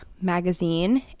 magazine